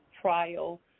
trial